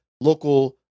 local